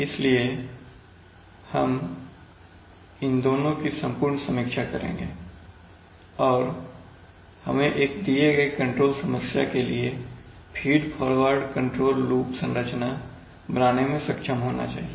इसलिए हम इन दोनों की संपूर्ण समीक्षा करेंगे और हमें एक दिए गए कंट्रोल समस्या के लिए फीड फॉरवर्ड कंट्रोल लूप संरचना बनाने मैं सक्षम होना चाहिए